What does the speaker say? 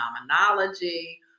phenomenology